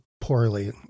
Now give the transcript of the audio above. poorly